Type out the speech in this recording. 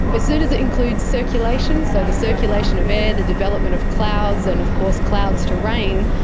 as soon as it includes circulation, so the circulation of air, the development of clouds and of course clouds to rain,